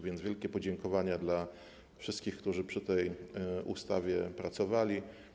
Wielkie podziękowanie dla wszystkich, którzy przy tej ustawie pracowali.